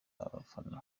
abafana